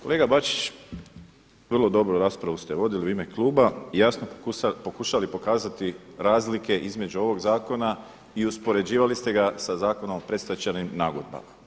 Kolega Bačić, vrlo dobro raspravu ste vodili u ime kluba, jasno pokušali pokazati razlike između ovog zakona i uspoređivali ste ga sa zakonom o predosjećajnim nagodbama.